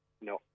No